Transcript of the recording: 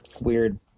Weird